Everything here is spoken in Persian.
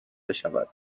بشود